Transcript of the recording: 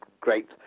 great